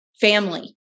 family